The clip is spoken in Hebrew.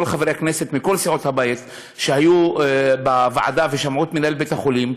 כל חברי הכנסת מכל סיעות הבית שהיו בוועדה ושמעו את מנהל בית-החולים,